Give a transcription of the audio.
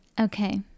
Okay